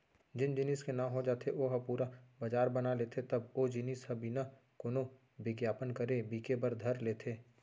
जेन जेनिस के नांव हो जाथे ओ ह पुरा बजार बना लेथे तब ओ जिनिस ह बिना कोनो बिग्यापन करे बिके बर धर लेथे